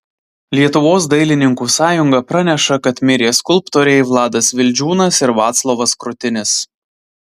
lietuvos dailininkų sąjunga praneša kad mirė skulptoriai vladas vildžiūnas ir vaclovas krutinis